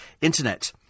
internet